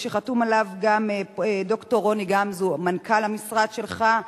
שחתום עליו גם ד"ר רוני גמזו, מנכ"ל המשרד שלך.